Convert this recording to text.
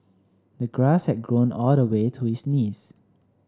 the grass had grown all the way to his knees